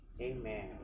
Amen